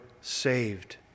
saved